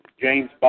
James